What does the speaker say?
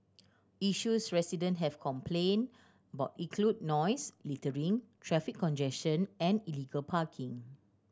issues resident have complained about include noise littering traffic congestion and illegal parking